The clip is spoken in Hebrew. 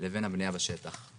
לבין הבנייה בשטח.